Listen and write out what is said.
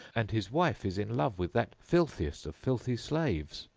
and his wife is in love with that filthiest of filthy slaves.